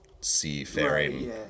seafaring